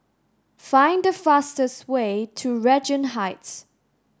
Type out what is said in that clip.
find the fastest way to Regent Heights